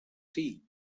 teeth